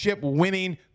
winning